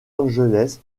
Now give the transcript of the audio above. angeles